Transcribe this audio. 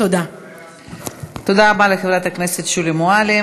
תודה רבה לחברת הכנסת שולי מועלם.